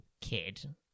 kid